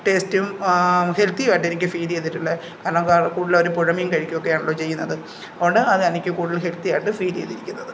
ടേസ്റ്റിയും ഹെൽത്തിയുമായിട്ട് എനിക്ക് ഫീൽ ചെയ്തിട്ടുള്ള കാരണം കൂടുതലും അവർ പുഴമീൻ കഴിക്കൊക്കെ ആണല്ലോ ചെയ്യുന്നത് അതു കൊണ്ട് അതെനിക്ക് കൂടുതൽ ഹെൽത്തിയായിട്ട് ഫിൽ ചെയ്തിരിക്കുന്നത്